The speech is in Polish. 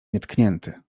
nietknięty